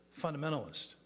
fundamentalist